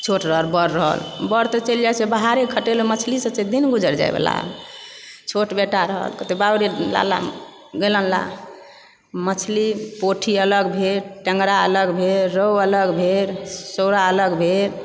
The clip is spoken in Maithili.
छोट रहल बड़ रहल बड़ तऽ चलि जाइत छै बाहरे खटयलऽ मछलीसँ की दिन गुजर जायवला छोट बेटा रहल तऽ बाउ रे ला ला गैलन ला मछली पोठी अलग भेल टँगरा अलग भेल रोहु अलग भेल सौरा अलग भेल